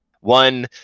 one